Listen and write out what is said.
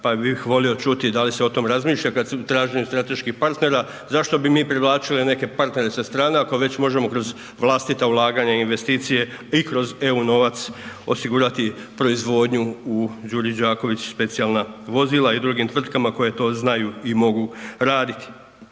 pa bih volio čuti da li se o tome razmišlja kada se u traženju strateških partnera. Zašto bi mi privlačili neke partnere sa strane ako već možemo kroz vlastita ulaganja i investicije i kroz eu novac osigurati proizvodnju u Đuri Đaković Specijalna vozila i drugim tvrtkama koje to znaju i mogu raditi.